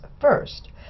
first